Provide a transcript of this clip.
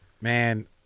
man